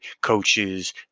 coaches